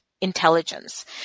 intelligence